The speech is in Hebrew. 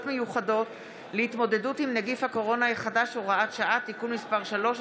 מיוחדות להתמודדות עם נגיף הקורונה החדש (הוראת שעה) (תיקון מס' 3),